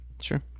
Sure